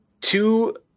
Two